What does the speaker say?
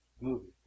movie